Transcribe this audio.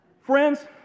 Friends